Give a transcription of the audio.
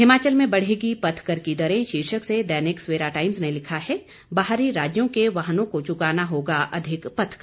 हिमाचल में बढ़ेगी पथ कर की दरें शीर्षक से दैनिक सवेरा टाइम्स ने लिखा है बाहरी राज्यों के वाहनों को चुकाना होगा अधिक पथ कर